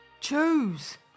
Choose